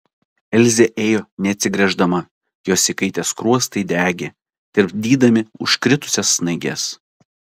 elzė ėjo neatsigręždama jos įkaitę skruostai degė tirpdydami užkritusias snaiges